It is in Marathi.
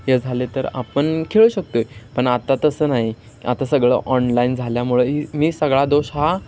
हे झाले तर आपण खेळू शकतो आहे पण आता तसं नाही आता सगळं ऑनलाईन झाल्यामुळे मी सगळा दोष हा